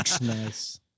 Nice